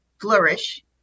Flourish